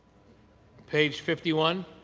page fifty one.